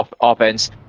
offense